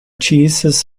jesus